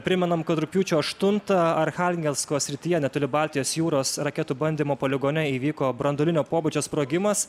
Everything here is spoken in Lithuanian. primenam kad rugpjūčio aštuntą archangelsko srityje netoli baltijos jūros raketų bandymo poligone įvyko branduolinio pobūdžio sprogimas